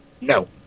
No